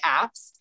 apps